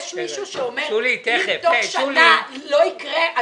יש מישהו שאומר: אם תוך שנה לא יקרה,